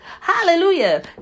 hallelujah